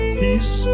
peace